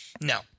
No